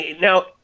now